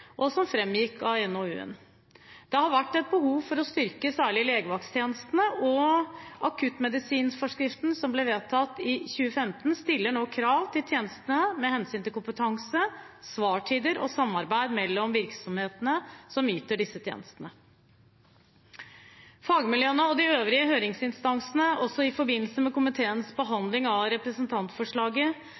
og som framgikk av NOU-en. Det har vært behov for å styrke særlig legevakttjenestene, og akuttmedisinforskriften, som ble vedtatt i 2015, stiller nå krav til tjenestene med hensyn til kompetanse, svartider og samarbeid mellom virksomhetene som yter disse tjenestene. Fagmiljøene og de øvrige høringsinstansene – også i forbindelse med komiteens behandling av representantforslaget